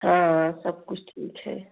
हाँ हाँ सब कुछ ठीक है